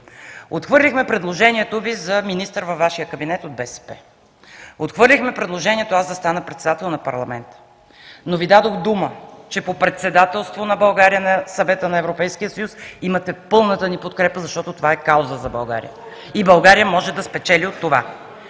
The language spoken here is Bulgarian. Отхвърлихме предложението Ви за министър във Вашия кабинет от БСП. Отхвърлихме предложението аз да стана председател на парламента, но Ви дадох дума, че по председателство на България на Съвета на Европейския съюз имате пълната ни подкрепа, защото това е кауза за България и България може да спечели от това.